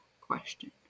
question